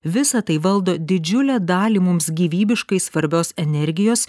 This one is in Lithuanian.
visa tai valdo didžiulę dalį mums gyvybiškai svarbios energijos